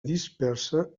dispersa